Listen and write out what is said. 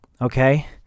okay